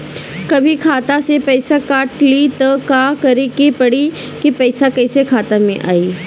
कभी खाता से पैसा काट लि त का करे के पड़ी कि पैसा कईसे खाता मे आई?